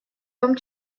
том